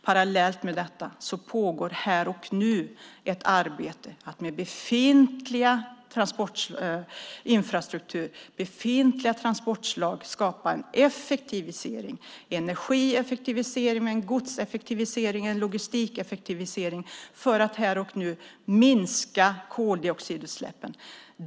Parallellt med detta pågår här och nu ett arbete för att skapa effektivisering i befintlig infrastruktur och befintliga transportslag - energieffektivisering, godseffektivisering, logistikeffektivisering - för att här och nu minska koldioxidutsläppen.